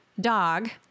dog